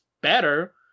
better